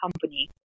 company